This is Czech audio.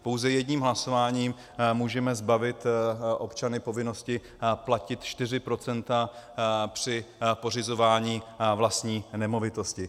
Pouze jedním hlasováním můžeme zbavit občany povinnosti platit čtyři procenta při pořizování vlastní nemovitosti.